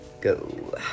go